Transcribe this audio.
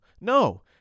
No